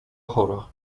chora